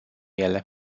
ele